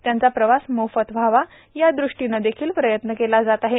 त्यांचा प्रवास मोफत व्हावा या दृष्टीनेदेखील प्रयत्न केला जात आहे